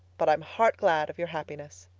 but i'm heart-glad of your happiness.